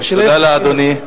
תודה לאדוני.